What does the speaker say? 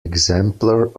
exemplar